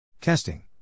Casting